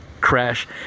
crash